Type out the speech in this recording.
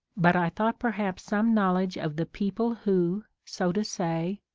but i thought perhaps some knowledge of the people who, so to say,